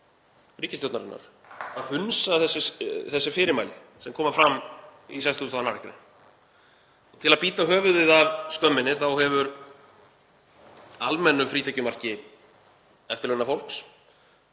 ríkisstjórnarinnar að hunsa þessi fyrirmæli sem koma fram í 62. gr. Til að bíta höfuðið af skömminni hefur almennu frítekjumarki eftirlaunafólks